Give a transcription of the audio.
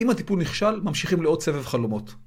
אם הטיפול נכשל, ממשיכים לעוד סבב חלומות.